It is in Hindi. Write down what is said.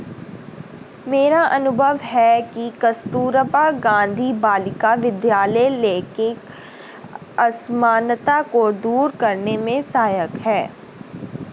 मेरा अनुभव है कि कस्तूरबा गांधी बालिका विद्यालय लैंगिक असमानता को दूर करने में सहायक है